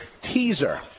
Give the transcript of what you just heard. Teaser